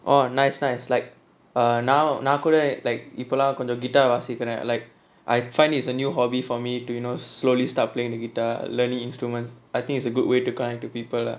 oh nice nice like err now நா கூட:naa kooda like இப்பெல்லா கொஞ்ச:ippellaa konja guitar வாசிக்குறேன்:vaasikkuraen like I find is a new hobby for me to you know slowly start playing the guitar learning instruments I think it's a good way to connect to people lah